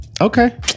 Okay